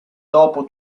dopo